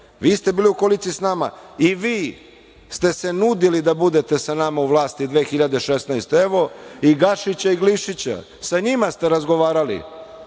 je. Vi ste bili u koaliciji sa nama i vi ste se nudili da budete sa nama u vlasti 2016. godine. Evo i Gašića i Glišića, sa njima ste razgovarali.